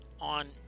On